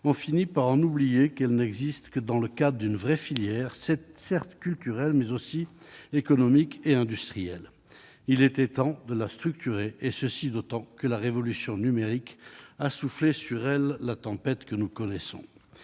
on finit par oublier qu'elle n'existe que dans le cadre d'une vraie filière, certes culturelle, mais aussi économique et industrielle. Il était temps de structurer cette filière, d'autant que la révolution numérique a fait souffler sur elle la tempête que nous connaissons.